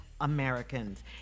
Americans